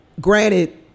granted